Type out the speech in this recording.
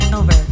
over